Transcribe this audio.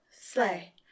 sleigh